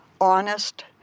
honest